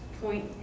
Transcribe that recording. point